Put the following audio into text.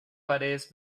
paredes